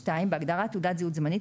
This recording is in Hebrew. בהגדרה "תעודת זהות זמנית",